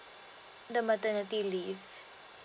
the maternity leave